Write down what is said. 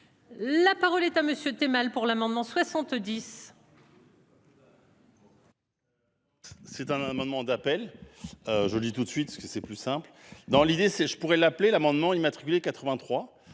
La parole est à monsieur tu es mal pour l'amendement 70.